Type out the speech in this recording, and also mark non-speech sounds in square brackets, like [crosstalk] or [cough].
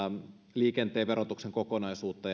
liikenteen verotuksen kokonaisuutta [unintelligible]